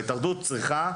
ההתאחדות צריכה,